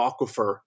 aquifer